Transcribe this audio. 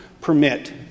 permit